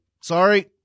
sorry